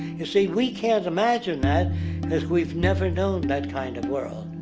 you see, we can't imagine that because we've never known that kind of world.